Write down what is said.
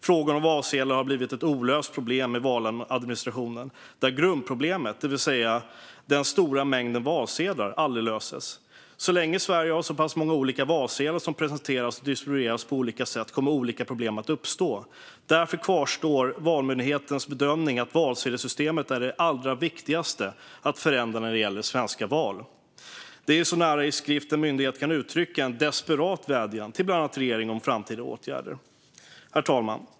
Frågan om valsedlar har blivit ett olöst problem i valadministrationen där grundproblemet, det vill säga den stora mängden valsedlar, aldrig löses. Så länge Sverige har så många olika valsedlar som presenteras och distribueras på olika sätt kommer olika problem att uppstå. Därför kvarstår Valmyndighetens bedömning att valsedelssystemet är det allra viktigaste att förändra när det gäller svenska val." Detta är så nära en myndighet kan komma att i skrift uttrycka en desperat vädjan till bland annat regeringen om framtida åtgärder. Herr talman!